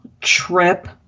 trip